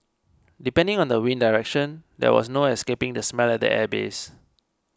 depending on the wind direction there was no escaping the smell at the airbase